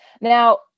Now